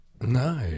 No